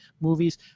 movies